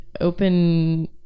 open